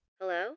hello